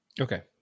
Okay